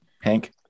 Hank